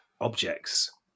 objects